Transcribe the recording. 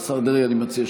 אנחנו נעבור גם לנושא הזה,